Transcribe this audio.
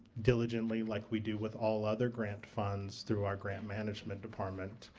diligently like we do with all other grant funds through our grant management department